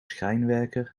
schrijnwerker